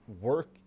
work